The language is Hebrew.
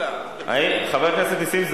שהכניסה שינוי ואימצה את ההצעה שלי,